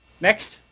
Next